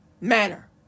manner